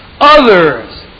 others